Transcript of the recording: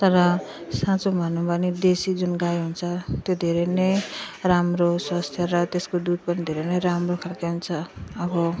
तर साँचो भनौँ भने देसी जुन गाई हुन्छ त्यो धेरै नै राम्रो स्वास्थ्य र त्यसको दुध पनि धेरै नै राम्रो खाले हुन्छ अब